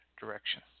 direction